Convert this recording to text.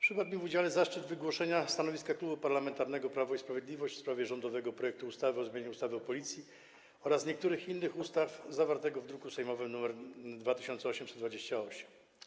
Przypadł mi w udziale zaszczyt wygłoszenia stanowiska Klubu Parlamentarnego Prawo i Sprawiedliwość w sprawie rządowego projektu ustawy o zmianie ustawy o Policji oraz niektórych innych ustaw, zawartego w druku sejmowym nr 2828.